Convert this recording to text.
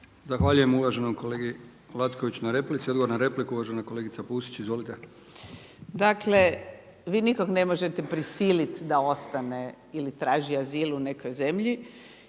Zahvaljujem uvaženom kolegi Lackoviću na replici. Odgovor na repliku uvažena kolegica Pusić. Izvolite. **Pusić, Vesna (HNS)** Dakle vi nikoga ne možete prisiliti da ostane ili traži azil u nekoj zemlji